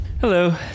Hello